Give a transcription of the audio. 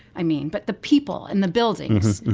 i mean, but the people in the buildings.